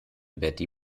betty